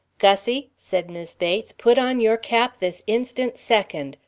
gussie, said mis' bates, put on your cap this instant second.